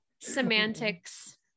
Semantics